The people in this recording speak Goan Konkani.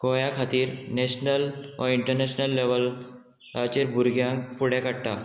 गोंया खातीर नॅशनल वा इंटरनॅशनल लेवलाचेर भुरग्यांक फुडें काडटा